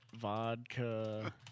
vodka